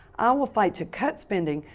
i will fight to cut spending,